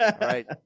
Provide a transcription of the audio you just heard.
right